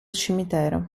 cimitero